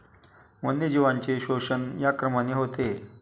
वन्यजीवांचे शोषण या क्रमाने होते